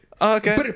Okay